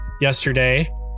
yesterday